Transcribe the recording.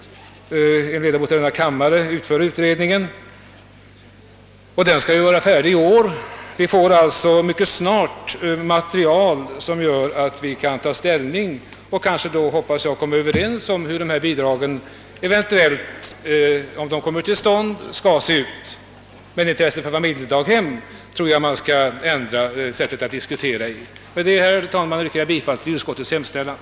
En ledamot av denna kammare utför uwutredningen som skall vara färdig i år. Vi får alltså mycket snart material som gör att vi kan ta ställning och kanske komma överens om hur bidraget — om det kommer till stånd — skall se ut. Men när det gäller intresset för familjedaghem tror jag att man skall ändra sättet att diskutera. Med detta, herr talman, yrkar jag bifall till utskottets hemställan.